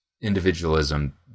individualism